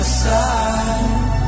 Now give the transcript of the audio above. side